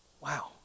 Wow